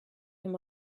him